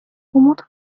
umut